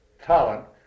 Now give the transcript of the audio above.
talent